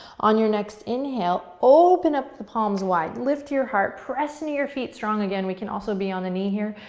on your next inhale open up the palms wide, lift your heart, press into your feet strong again, we can also be on the knee here.